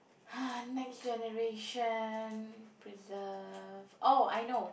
next generation preserve oh I know